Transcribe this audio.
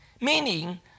meaning